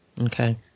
Okay